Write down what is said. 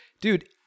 dude